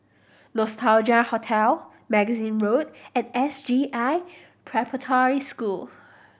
Nostalgia Hotel Magazine Road and S J I Preparatory School